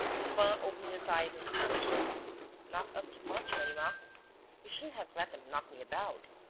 lupin opened his eyes and stammered not up to much, ganimard. you shouldn't have let them knock me about.